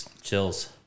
chills